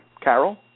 Carol